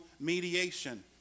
mediation